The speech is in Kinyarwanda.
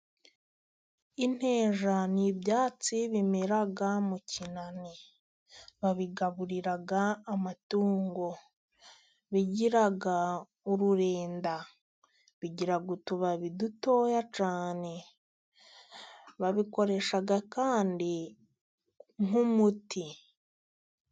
Inteja ni ibyatsi bimera mu kinani, babigaburira amatungo. Bigira ururenda, bigira utubabi dutoya cyane. Babikoresha kandi nk'umuti.